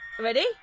ready